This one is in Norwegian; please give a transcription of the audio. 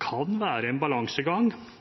kan være en balansegang